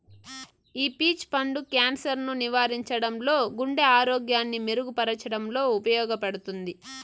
ఈ పీచ్ పండు క్యాన్సర్ ను నివారించడంలో, గుండె ఆరోగ్యాన్ని మెరుగు పరచడంలో ఉపయోగపడుతుంది